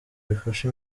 bifashe